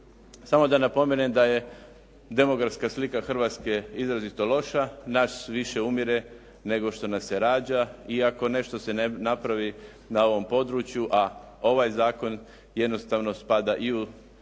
Samo da napomenem da je demografska slika Hrvatske izrazito loša. Nas više umire nego što nas se rađa. I ako nešto se ne napravi na ovom području, a ovaj zakon jednostavno spada i u zakone